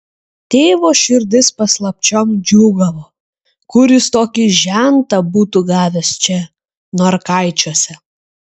tėvo širdis paslapčiom džiūgavo kur jis tokį žentą būtų gavęs čia norkaičiuose